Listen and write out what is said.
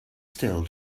still